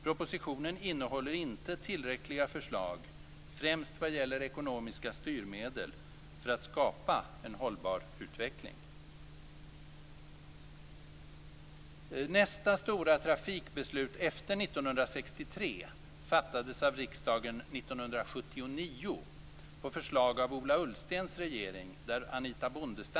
Propositionen innehåller inte tillräckliga förslag, främst vad gäller ekonomiska styrmedel, för att skapa en hållbar utveckling.